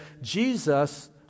Jesus